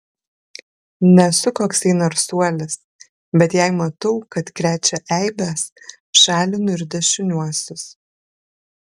nesu koksai narsuolis bet jei matau kad krečia eibes šalinu ir dešiniuosius